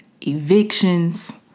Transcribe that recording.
evictions